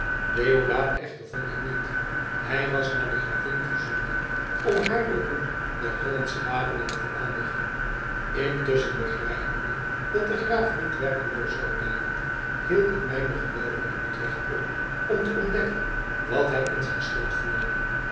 deodaat echter vond ik niet hij was naar de gravin gezonden om haar den roem der hollandsche wapenen te verkondigen intusschen begrijpende dat de graaf niet werkeloos zou blijven hield ik mij nog een wijl in utrecht op om te ontdekken wat hij in zijn schild voerde